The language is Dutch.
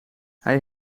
hij